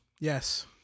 Yes